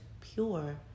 pure